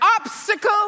obstacle